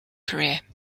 career